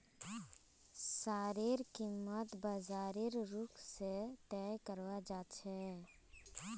शेयरेर कीमत बाजारेर रुख से तय कराल जा छे